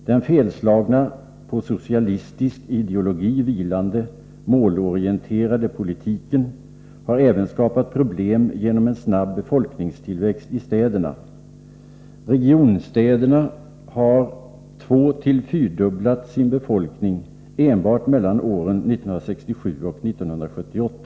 Den felslagna, på socialistisk ideologi vilande, målorienterade politiken har även skapat problem genom en snabb befolkningstillväxt i städerna. Regionstäderna har tvåtill fyrdubblat sin befolkning enbart mellan åren 1967 och 1978.